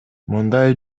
мындай